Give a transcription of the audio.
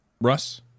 Russ